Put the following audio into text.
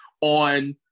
on